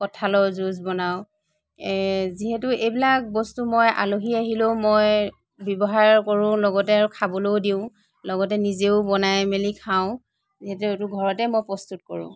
কঠালৰ জুছ বনাওঁ যিহেতু এইবিলাক বস্তু মই আলহী আহিলেও মই ব্যৱহাৰ কৰোঁ লগতে আৰু খাবলৈও দিওঁ লগতে নিজেও বনাই মেলি খাওঁ যিহেতু সেইটো ঘৰতে মই প্ৰস্তুত কৰোঁ